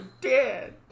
dead